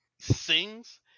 sings